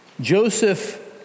Joseph